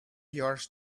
yours